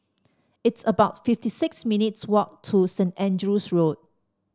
it's about fifty six minutes' walk to Saint Andrew's Road